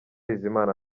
bizimana